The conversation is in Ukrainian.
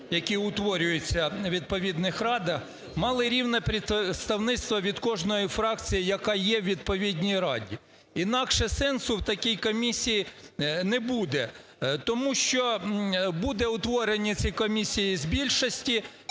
які утворюються у відповідних радах, мали рівне представництво від кожної фракції, яка є у відповідній раді. Інакше сенсу у такій комісії не буде, тому що будуть утворені ці комісії з більшості,